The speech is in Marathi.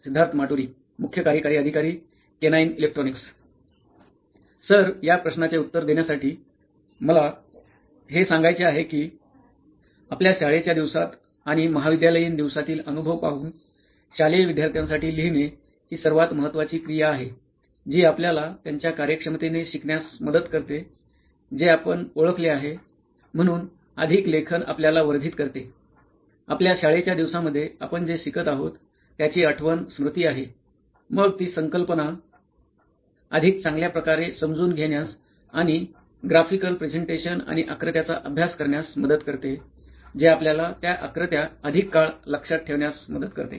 सिद्धार्थ माटुरी मुख्य कार्यकारी अधिकारी केनाईन इलेक्ट्रॉनीक्स सर या प्रश्नाचे उत्तर देण्यासाठी मला हे सांगायचे आहे की आपल्या शाळेच्या दिवसात आणि महाविद्यालयीन दिवसातील अनुभव पाहून शालेय विद्यार्थ्यांसाठी लिहिणे ही सर्वात महत्वाची क्रिया आहे जी आपल्याला त्यांच्या कार्यक्षमतेने शिकण्यास मदत करते जे आपण ओळखले आहे म्हणून अधिक लेखन आपल्याला वर्धित करते आपल्या शाळेच्या दिवसांमध्ये आपण जे शिकत आहोत त्याची आठवण स्मृती आहे मग ती संकल्पना अधिक चांगल्या प्रकारे समजून घेण्यास आणि ग्राफिकल प्रेझेंटेशन आणि आकृत्याचा अभ्यास करण्यास मदत करते जे आपल्याला त्या आकृत्या अधिक काळ लक्षात ठेवण्यास मदत करते